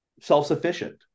self-sufficient